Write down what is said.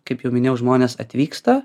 kaip jau minėjau žmonės atvyksta